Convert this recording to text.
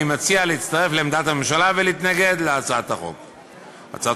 אני מציע להצטרף לעמדת הממשלה ולהתנגד להצעת החוק הזו,